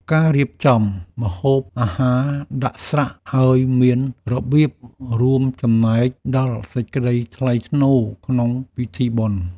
ការរៀបចំម្ហូបអាហារដាក់ស្រាក់ឱ្យមានរបៀប រួមចំណែកដល់សេចក្តីថ្លៃថ្នូរក្នុងពិធីបុណ្យ។